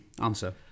answer